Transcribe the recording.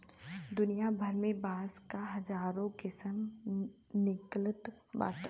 दुनिया भर में बांस क हजारो किसिम मिलत बाटे